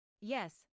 Yes